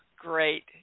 great